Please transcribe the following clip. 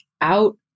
out